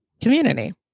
community